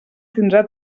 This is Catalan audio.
tindrà